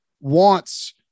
wants